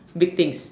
big things